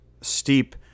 steep